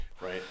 right